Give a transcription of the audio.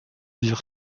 dire